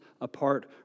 apart